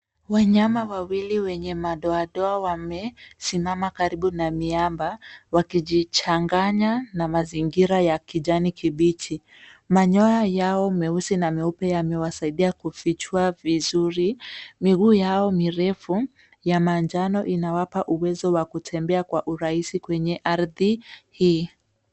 Wanyama wawili wenye madoadoa wamesimama karibu na miamba wakijichanganya na mazingira ya kijani kibichi . Manyoya yao meusi na meupe yamewasaidia kufichwa vizuri . Miguu yao mirefu ya manjano inawapa uwezo wa kutembea kwa urahisi kwenye ardhi hii.